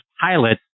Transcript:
pilots